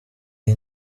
iyi